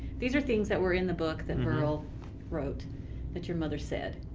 these were things that were in the book that virl wrote that your mother said.